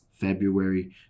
february